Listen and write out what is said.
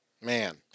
Man